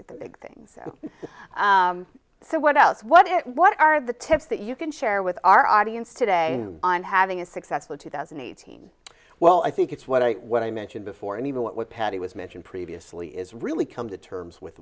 the big things so what else what it what are the tips that you can share with our audience today on having a successful two thousand and eighteen well i think it's what i what i mentioned before and even what patty was mentioned previously is really come to terms with